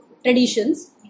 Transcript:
Traditions